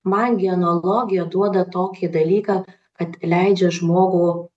man genealogija duoda tokį dalyką kad leidžia žmogų